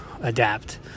adapt